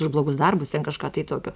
už blogus darbus ten kažką tai tokio